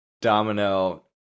Domino